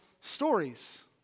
stories